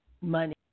money